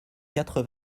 quatre